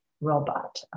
robot